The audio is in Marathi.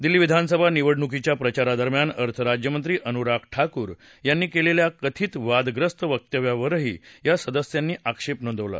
दिल्ली विधानसभा निवडणुकीच्या प्रचारादरम्यान अर्थराज्यमंत्री अनुराग ठाकूर यांनी केलेल्या कथित वादग्रस्त वक्तव्यावरही या सदस्यांनी आक्षेप नोंदवला